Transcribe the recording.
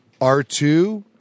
R2